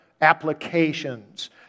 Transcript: applications